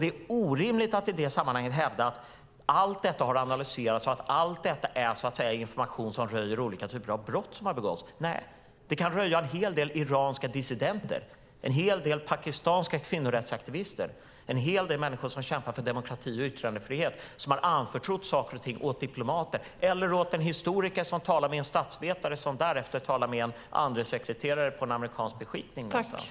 Det är orimligt att i det sammanhanget hävda att allt detta har analyserats och att allt detta är information som röjer olika typer av brott som begåtts. Nej, de kan röja en hel del iranska dissidenter, en hel del pakistanska kvinnorättsaktivister och en hel del människor som kämpar för demokrati och yttrandefrihet och som anförtrott saker och ting åt diplomater eller åt en historiker som talar med en statsvetare som därefter talar med en andresekreterare på en amerikansk beskickning någonstans.